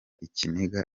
ikiniga